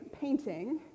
painting